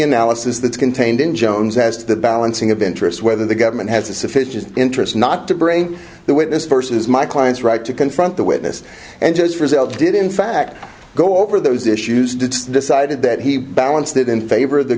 that's contained in jones has the balancing of interest whether the government has a sufficient interest not to bring the witness versus my client's right to confront the witness and just for sale did in fact go over those issues decided that he balanced it in favor of the